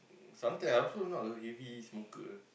sometime I'm also not a heavy smoker